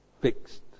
fixed